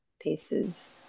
pieces